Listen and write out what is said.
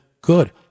good